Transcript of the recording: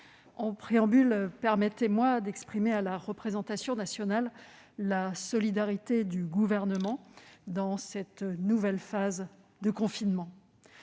en préambule, permettez-moi d'exprimer à la représentation nationale la solidarité du Gouvernement dans cette nouvelle phase de confinement.